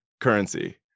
currency